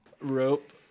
rope